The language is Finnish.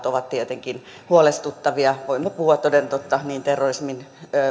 ovat tietenkin huolestuttavia voimme puhua toden totta niin terrorismin